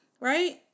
right